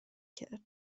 کرد